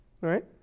Right